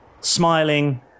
Smiling